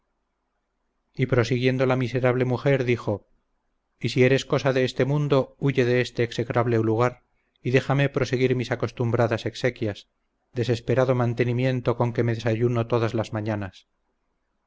y prosiguiendo la miserable mujer dijo y si eres cosa de este mundo huye de este execrable lugar y déjame proseguir mis acostumbradas exequias desesperado mantenimiento con que me desayuno todas las mañanas